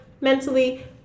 mentally